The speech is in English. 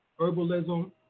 herbalism